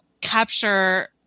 capture